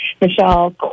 Michelle